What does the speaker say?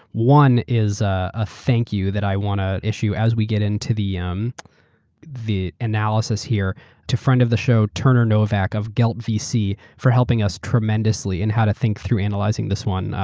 one is a thank you, that i want to issue as we get into the um the analysis here to front of show. turner novak of gelt vc for helping us tremendously in how to think through analyzing this one.